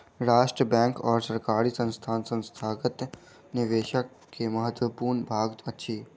राष्ट्रीय बैंक और सरकारी संस्थान संस्थागत निवेशक के महत्वपूर्ण भाग अछि